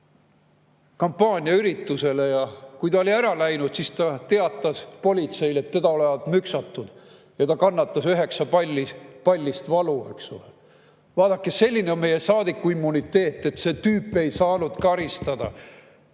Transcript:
kampaaniaüritusele ja kui ta oli ära läinud, siis ta teatas politseile, et teda olevat müksatud ja ta kannatas üheksapallist valu. Vaadake, selline on meil saadiku immuniteet, et see tüüp ei saanud karistada.